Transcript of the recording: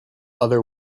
other